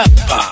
up